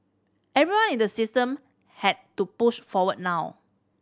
everyone in the system has to push forward now